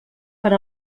per